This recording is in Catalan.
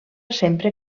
sempre